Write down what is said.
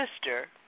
sister